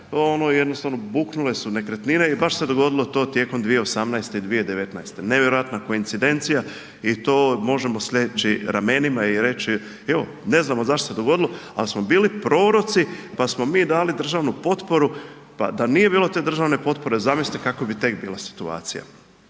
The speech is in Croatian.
jednostavno buknule su nekretnine i baš se dogodilo to tijekom 2018. i 2019., nevjerojatna koincidencija i to možemo sleći ramenima i reći, evo, ne znamo zašto se dogodilo, ali smo bili proroci pa smo mi dali državni potporu, pa da nije bilo te državne potpore, zamislite kako bi tek bila situacija.